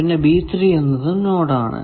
പിന്നെ എന്നതും നോഡ് ആണ്